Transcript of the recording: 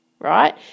right